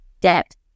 Depth